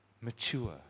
mature